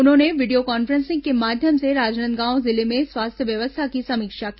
उन्होंने video conferencing के माध्यम से राजनांदगांव जिले में स्वास्थ्य व्यवस्था की समीक्षा की